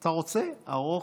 אתה רוצה ארוך,